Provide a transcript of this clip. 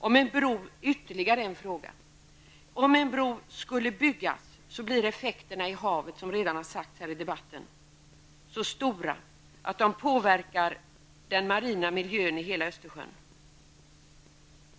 Om bron byggs blir effekterna i havet, det har redan sagts här i debatten, så stora att de påverkar den marina miljön i hela Östersjön.